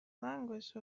language